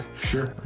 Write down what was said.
sure